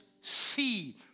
see